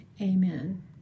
Amen